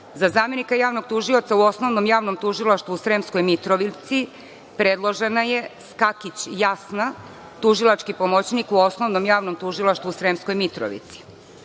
zamenika Javnog tužioca u Osnovnom javnom tužilaštvu u Sremskoj Mitrovici predložena je Skakić Jasna, tužilački pomoćnik u Osnovnom javnom tužilaštvu u Sremskoj Mitrovici.U